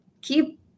keep